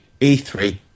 E3